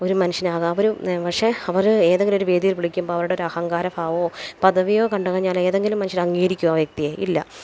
ഒരു മനുഷ്യന് അത് അവർ പക്ഷേ അവർ ഏതെങ്കിലും ഒരു വേദിയിൽ വിളിക്കുമ്പോൾ അവരുടെ അഹങ്കാര ഭാവമോ പദവിയോ കണ്ടു കഴിഞ്ഞാൽ ഏതെങ്കിലും മനുഷ്യർ അംഗീകരിക്കുമോ ആ വ്യക്തിയെ ഇല്ല